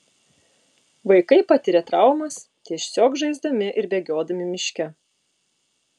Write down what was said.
vaikai patiria traumas tiesiog žaisdami ir bėgiodami miške